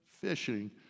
fishing